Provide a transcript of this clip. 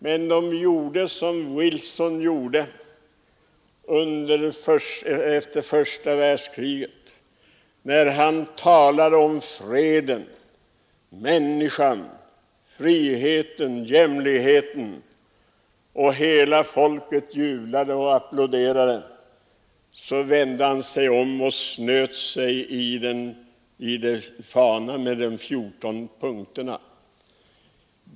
Men de gjorde som Wilson när han efter första världskriget med stora bokstäver talade om freden, människan, friheten, jämlikheten, och hela folket jublade och applåderade. Då vände han sig om och snöt sig i fanan med de 14 punkterna.